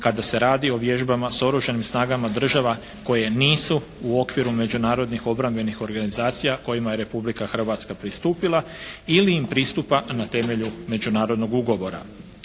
kada se radi o vježbama s Oružanim snagama država koje nisu u okviru međunarodnih obrambenih organizacija kojima je Republika Hrvatska pristupila ili im pristupa na temelju međunarodnog ugovora,